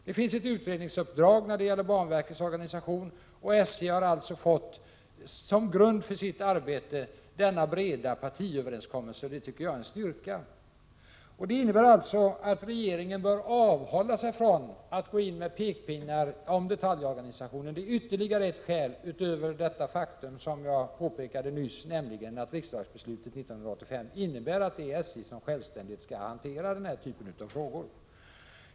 Det finns ett utredningsuppdrag när det gäller banverkets organisation, och SJ har alltså som grund för sitt arbete fått denna breda flerpartiöverenskommelse. Det tycker jag är en styrka. Regeringen bör alltså avhålla sig från att gå in med pekpinnar om detaljorganisationen. Detta är ytterligare ett skäl, utöver det som jag påpekade nyss, att riksdagsbeslutet 1985 innebär att det är SJ självt som skall hantera den här typen av frågor.